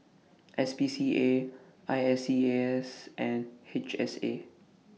S P C A I S E A S and H S A